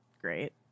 great